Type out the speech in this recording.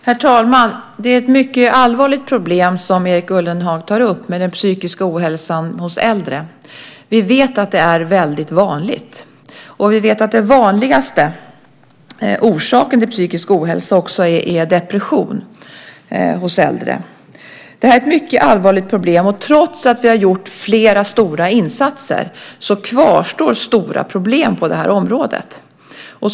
Herr talman! Det är ett mycket allvarligt problem som Erik Ullenhag tar upp med den psykiska ohälsan hos äldre. Vi vet att det är väldigt vanligt. Vi vet också att den vanligaste orsaken till psykisk ohälsa hos äldre är depression. Det här är ett mycket allvarligt problem, och trots att vi har gjort flera stora insatser kvarstår stora problem på det här området.